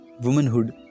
womanhood